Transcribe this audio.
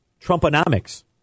Trumponomics